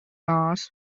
mars